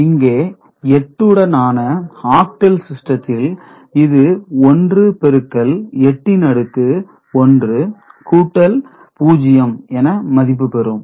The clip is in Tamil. இங்கே 8 உடனான ஆக்டல் சிஸ்டத்தில் இது 1 பெருக்கல் 8 ன்அடுக்கு 1 கூட்டல் 0 என மதிப்பு பெறும்